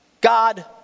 God